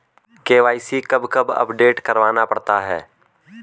KYC कब कब update करवाना पड़ता है?